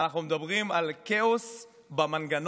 אנחנו מדברים על כאוס במנגנון.